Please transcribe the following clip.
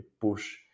push